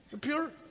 Pure